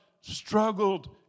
struggled